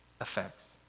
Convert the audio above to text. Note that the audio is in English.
effects